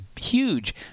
huge